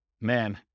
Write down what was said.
man